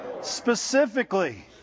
specifically